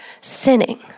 sinning